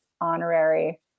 honorary